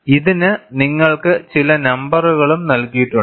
ഇതിന് നിങ്ങൾക്ക് ചില നമ്പറുകളും നൽകിയിട്ടുണ്ട്